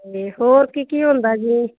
ਅਤੇ ਹੋਰ ਕੀ ਕੀ ਹੁੰਦਾ ਜੀ